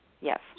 Yes